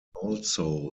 also